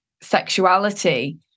sexuality